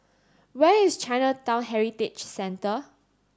where is Chinatown Heritage Centre